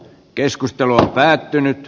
keskustelu on päättynyt